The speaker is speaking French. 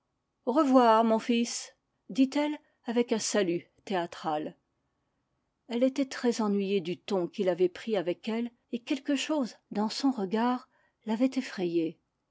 au revoir mon fils dit-elle avec un salut théâtral elle était très ennuyée du ton qu'il avait pris avec elle et quelque chose dans son regard l'avait effrayée